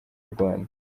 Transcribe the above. rwanda